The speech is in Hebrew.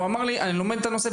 הוא אמר לי: אני לומד את הנושא,